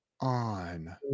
on